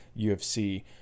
UFC